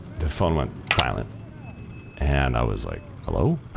the phone went silent and i was like, hello?